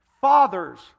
fathers